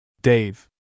Dave